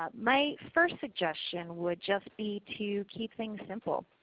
um my first suggestion would just be to keep things simple.